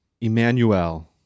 Emmanuel